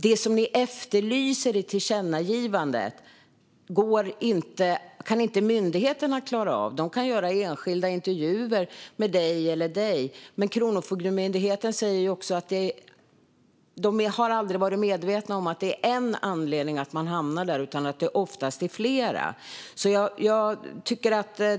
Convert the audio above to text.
Det som efterlyses i tillkännagivandet klarar myndigheterna inte av. De kan göra enskilda intervjuer med dig eller dig. Kronofogdemyndigheten säger också att de aldrig har varit med om att det finns bara en anledning till att någon hamnar där, utan det är oftast flera.